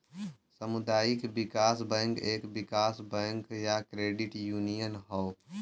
सामुदायिक विकास बैंक एक विकास बैंक या क्रेडिट यूनियन हौ